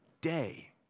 day